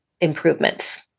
improvements